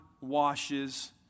washes